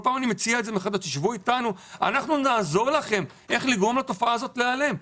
אנחנו נעזור לכם איך לגרום לתופעה הזאת להיעלם.